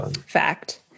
Fact